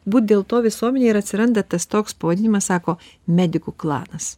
būt dėl to visuomenėj ir atsiranda tas toks pavadinimas sako medikų klanas